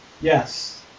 Yes